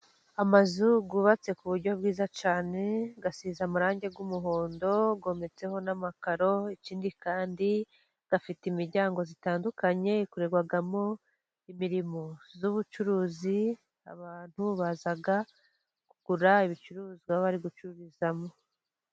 Amazu yubatse ku buryo bwiza cyane, asiza amarangi rw'umuhondo hometseho n'amakaro, ikindi kandi afite imiryango itandukanye ikorerwagamo imirimo z'ubucuruzi, abantu baza kugura ibicuruzwa bari gucururizamo.